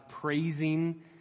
praising